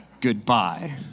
Goodbye